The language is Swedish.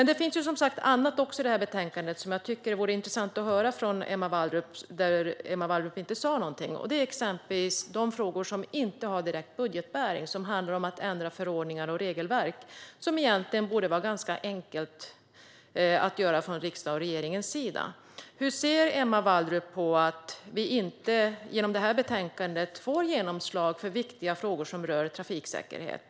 Det finns dock annat i betänkandet som Emma Wallrup inte sa något om men som jag är intresserad av, exempelvis frågor som inte har direkt budgetbäring och som handlar om att ändra förordningar och regelverk. Det borde egentligen vara ganska enkelt för regeringen och riksdagen att göra det. Hur ser Emma Wallrup på att viktiga frågor som rör trafiksäkerhet inte får genomslag i och med det här betänkandet?